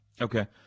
okay